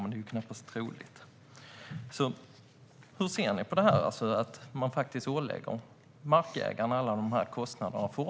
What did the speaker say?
Men det är knappast troligt. Hur ser Emma Hult på att markägarna fortfarande åläggs alla dessa kostnader?